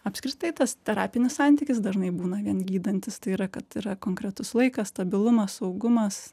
apskritai tas terapinis santykis dažnai būna vien gydantis tai yra kad yra konkretus laikas stabilumas saugumas